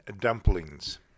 dumplings